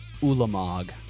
Ulamog